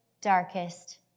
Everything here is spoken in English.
darkest